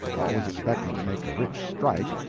always expecting to make a rich strike,